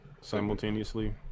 simultaneously